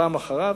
פעם אחריו,